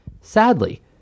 Sadly